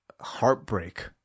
Heartbreak